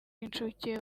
y’inshuke